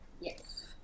Yes